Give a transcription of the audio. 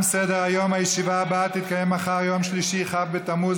תתביישו לכם.